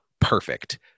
perfect